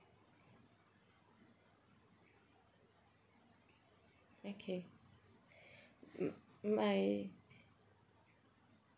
okay mm my